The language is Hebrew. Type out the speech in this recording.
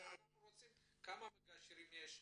אנחנו רוצים לדעת כמה מגשרים יש,